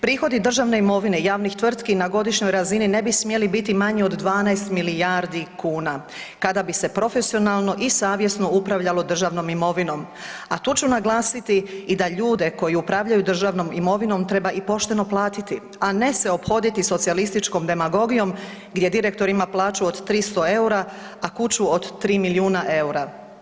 Prihodi državne imovine javnih tvrtki na godišnjoj razini ne bi smjeli biti manji od 12 milijardi kuna kada bi se profesionalno i savjesno upravljalo državnom imovinom, a tu ću naglasiti i da ljude koji upravljaju državnom imovinom treba i pošteno i platiti, a ne ophoditi socijalističkom demagogijom gdje direktor ima plaću od 300 EUR-a, a kuću od 3 milijuna EUR-a.